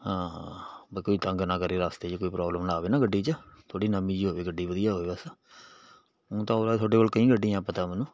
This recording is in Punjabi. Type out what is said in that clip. ਹਾਂ ਹਾਂ ਵਾ ਕੋਈ ਤੰਗ ਨਾ ਕਰੇ ਰਾਸਤੇ 'ਚ ਕੋਈ ਪ੍ਰੋਬਲਮ ਨਾ ਆਵੇ ਨਾ ਗੱਡੀ 'ਚ ਥੋੜ੍ਹੀ ਨਵੀਂ ਜਿਹੀ ਹੋਵੇ ਗੱਡੀ ਵਧੀਆ ਹੋਵੇ ਬਸ ਉਂ ਤਾਂ ਉਹਦਾ ਤੁਹਾਡੇ ਕੋਲ ਕਈ ਗੱਡੀਆਂ ਆ ਪਤਾ ਮੈਨੂੰ